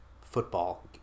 football